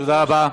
תודה רבה.